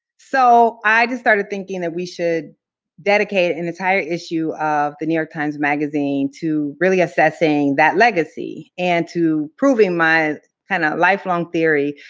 so i just started thinking that we should dedicate an entire issue of the new york times magazine to really assessing that legacy and to proving my kind of lifelong theory,